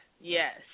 Yes